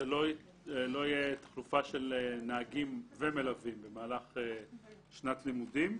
שלא תהיה תחלופה של נהגים ומלווים במהלך שנת לימודים.